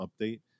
update